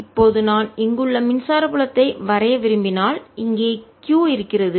இப்போது நான் இங்குள்ள மின்சார புலத்தை வரைய விரும்பினால் இங்கே q இருக்கிறது